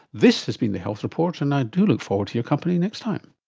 this has been the health report, and i do look forward to your company next time